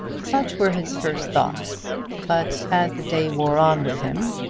such were his first thoughts but as the day wore on with him,